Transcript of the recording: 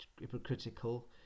hypocritical